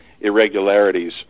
irregularities